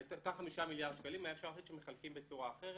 את אותם 5 מיליארד שקלים היה אפשר להחליט שמחלקים בצורה אחרת.